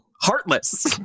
heartless